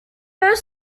both